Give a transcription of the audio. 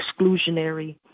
exclusionary